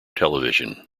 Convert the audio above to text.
television